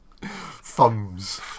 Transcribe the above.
thumbs